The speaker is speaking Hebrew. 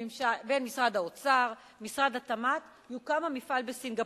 משרד האוצר למשרד התמ"ת יוקם המפעל בסינגפור.